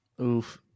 Oof